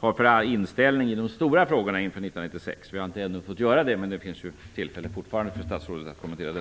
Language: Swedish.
har för inställning i de stora frågorna inför 1996. Vi har ännu inte fått höra det, men det finns fortfarande tillfälle för statsrådet att kommentera detta.